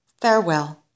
Farewell